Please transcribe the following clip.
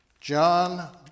John